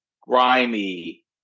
grimy